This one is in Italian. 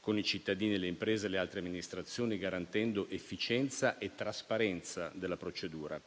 con i cittadini, le imprese e le altre amministrazioni, garantendo efficienza e trasparenza della procedura;